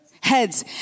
Heads